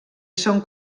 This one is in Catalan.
són